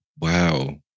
Wow